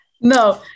No